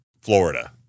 Florida